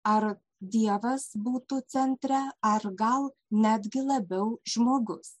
ar dievas būtų centre ar gal netgi labiau žmogus